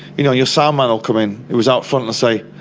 you know your sound man'll come in, he was out front, to say,